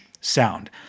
sound